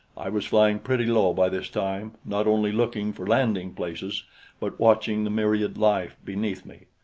i was flying pretty low by this time, not only looking for landing places but watching the myriad life beneath me.